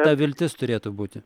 ta viltis turėtų būti